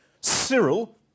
Cyril